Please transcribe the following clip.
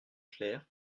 clair